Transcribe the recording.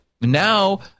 Now